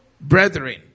brethren